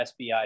SBI